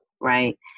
right